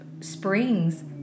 springs